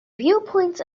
viewpoint